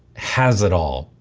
has it all.